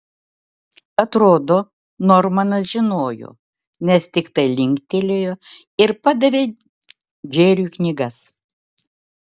atrodo normanas žinojo nes tiktai linktelėjo ir padavė džeriui knygas